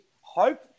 hope